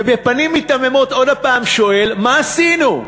ובפנים מיתממות הוא עוד פעם שואל מה עשינו,